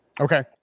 Okay